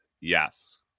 Yes